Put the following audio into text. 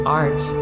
art